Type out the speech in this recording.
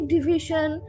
Division